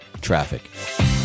Traffic